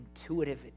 Intuitive